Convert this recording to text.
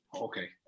okay